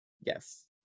Yes